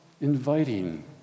inviting